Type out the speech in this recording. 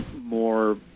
more